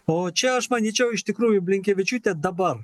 o čia aš manyčiau iš tikrųjų blinkevičiūtė dabar